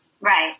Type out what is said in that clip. Right